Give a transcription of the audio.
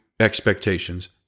expectations